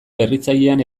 berritzailean